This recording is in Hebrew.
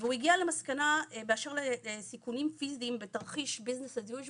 והוא הגיע למסקנה באשר לסיכונים פיזיים בתרחיש "עסקים כרגיל",